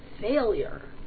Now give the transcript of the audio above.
failure